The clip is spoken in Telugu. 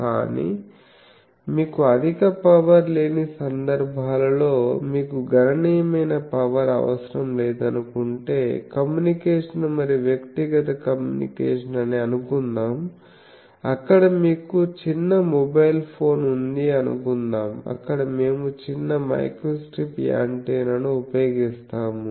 కానీ మీకు అధిక పవర్ లేని సందర్భాలలో మీకు గణనీయమైన పవర్ అవసరం లేదనుకుంటే కమ్యూనికేషన్ మరియు వ్యక్తిగత కమ్యూనికేషన్ అని అనుకుందాం అక్కడ మీకు చిన్న మొబైల్ ఫోన్ ఉంది అనుకుందాం అక్కడ మేము చిన్న మైక్రోస్ట్రిప్ యాంటెన్నాని ఉపయోగిస్తాము